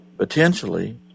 Potentially